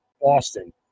Boston